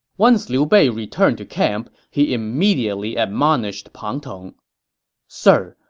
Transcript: once liu bei returned to camp, he immediately admonished pang tong sir,